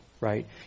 right